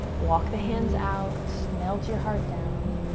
walk the hands out, melt your heart down.